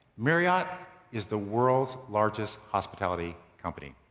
marriott is the world's largest hospitality company,